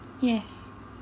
yes